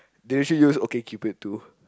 they actually use OkCupid too